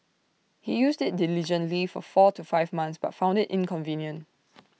he used IT diligently for four to five months but found IT inconvenient